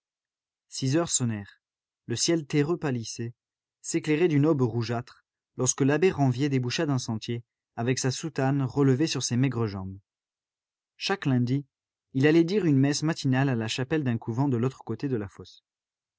six heures sonnèrent le ciel terreux pâlissait s'éclairait d'une aube rougeâtre lorsque l'abbé ranvier déboucha d'un sentier avec sa soutane relevée sur ses maigres jambes chaque lundi il allait dire une messe matinale à la chapelle d'un couvent de l'autre côté de la fosse